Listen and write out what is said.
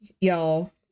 y'all